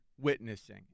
witnessing